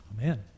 Amen